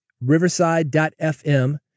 riverside.fm